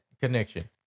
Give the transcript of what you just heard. Connection